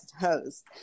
host